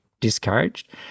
discouraged